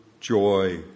joy